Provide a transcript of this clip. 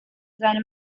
seine